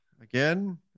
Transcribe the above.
Again